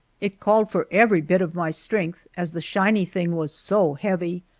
it called for every bit of my strength, as the shiny thing was so heavy.